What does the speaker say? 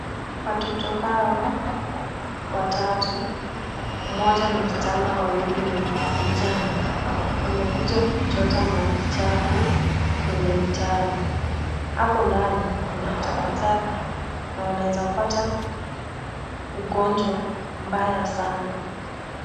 Watoto hawa watatu, mmoja ni msichana wawili ni vijana wamekuja kuchota maji chafu kwenye mtaro. Hapo ndani kuna takataka na wanaweza pata ugonjwa mbaya sana.